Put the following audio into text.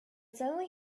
suddenly